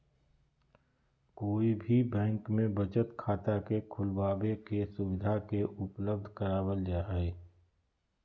कोई भी बैंक में बचत खाता के खुलबाबे के सुविधा के उपलब्ध करावल जा हई